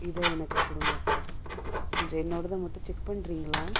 இதை எனக்கு கொடுங்க சார் கொஞ்சம் என்னோடதை மட்டும் செக் பண்ணுறீங்களா